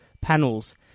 panels